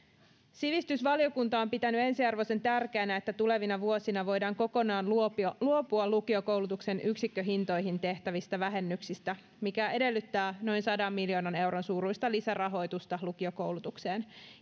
sivistysvaliokunta on pitänyt ensiarvoisen tärkeänä että tulevina vuosina voidaan kokonaan luopua luopua lukiokoulutuksen yksikköhintoihin tehtävistä vähennyksistä mikä edellyttää noin sadan miljoonan euron suuruista lisärahoitusta lukiokoulutukseen